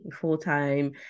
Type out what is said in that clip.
full-time